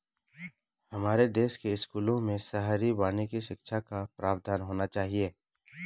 हमारे देश के स्कूलों में शहरी वानिकी शिक्षा का प्रावधान होना चाहिए